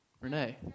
Renee